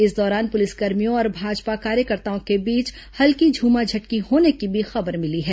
इस दौरान पुलिसकर्मियों और भाजपा कार्यकर्ताओं के बीच हल्की झूमाझटकी होने की भी खबर मिली है